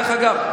דרך אגב,